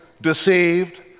deceived